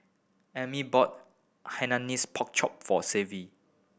Emit bought Hainanese Pork Chop for Savi